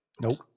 Nope